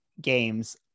games